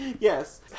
Yes